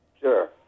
Sure